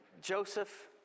Joseph